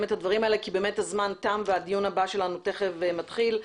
את הדברים האלה כי באמת הזמן תם והדיון הבא שלנו תכף מתחיל.